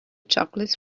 chocolates